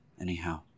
anyhow